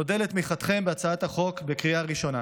נודה על תמיכתכם בהצעת החוק בקריאה הראשונה.